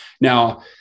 Now